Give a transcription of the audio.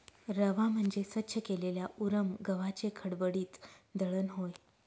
रवा म्हणजे स्वच्छ केलेल्या उरम गव्हाचे खडबडीत दळण होय